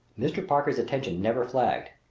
mr. parker's attention never flagged.